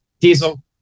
Diesel